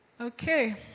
Okay